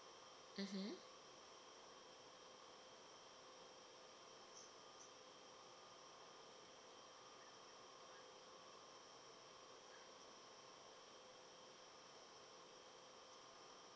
mmhmm